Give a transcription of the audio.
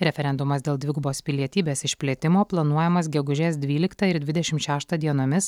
referendumas dėl dvigubos pilietybės išplėtimo planuojamas gegužės dvyliktą ir dvidešimt šeštą dienomis